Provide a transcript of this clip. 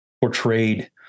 portrayed